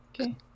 Okay